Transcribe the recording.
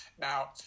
now